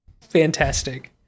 Fantastic